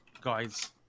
guys